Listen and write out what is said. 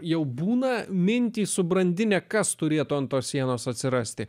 jau būna mintį subrandinę kas turėtų ant tos sienos atsirasti